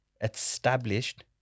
established